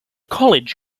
college